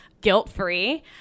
guilt-free